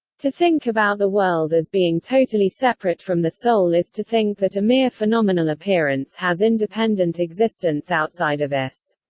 to think about the world as being totally separate from the soul is to think that a mere phenomenal appearance has independent existence outside of us.